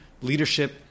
leadership